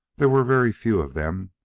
there were very few of them,